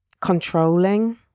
controlling